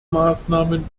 maßnahmen